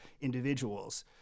individuals